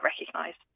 recognised